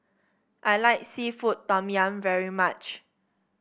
I like seafood Tom Yum very much